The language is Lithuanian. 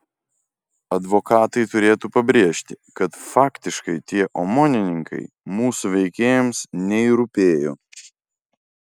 advokatai turėtų pabrėžti kad faktiškai tie omonininkai mūsų veikėjams nei rūpėjo